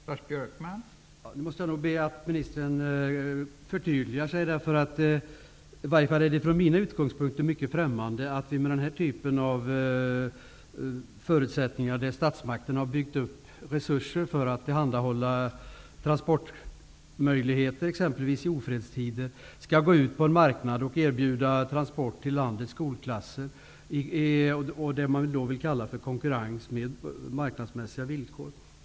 Fru talman! Nu måste jag nog be att ministern förtydligar sig. Från min utgångspunkt är det mycket främmande att försvaret, som har byggt upp resurser för att tillhandahålla transportmöjligheter i t.ex. ofredstider, skall gå ut på en marknad och erbjuda transporter till landets skolklasser. Detta vill man kalla för konkurrens på marknadsmässiga villkor.